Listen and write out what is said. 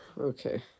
Okay